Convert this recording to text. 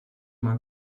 man